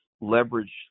leverage